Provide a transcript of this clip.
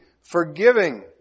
forgiving